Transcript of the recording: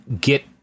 get